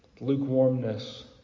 lukewarmness